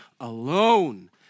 alone